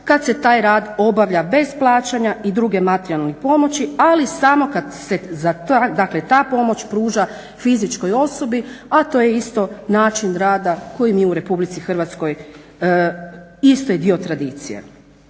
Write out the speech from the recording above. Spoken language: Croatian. kada se taj rad obavlja bez plaćanja i druge materijalne pomoći, ali samo kada se ta pomoć pruža fizičkoj osobi, a to je isto način rada koji mi u RH isto je dio tradicije.